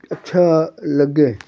ਅੱਛਾ ਲੱਗੇ